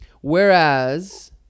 whereas